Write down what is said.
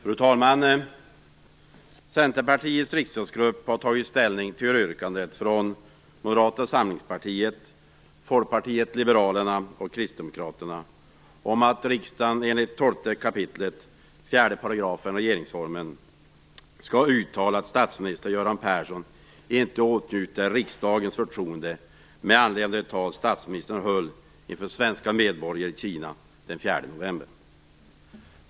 Fru talman! Centerpartiets riksdagsgrupp har tagit ställning till yrkandet från Moderata samlingspartiet, Folkpartiet liberalerna och Kristdemokraterna om att riksdagen enligt 12 kap. 4 § regeringsformen skall uttala att statsminister Göran Persson inte åtnjuter riksdagens förtroende med anledning av det tal statsministern höll inför svenska medborgare i Kina den 4 november.